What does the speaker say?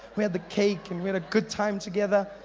we had the cake and we had a good time together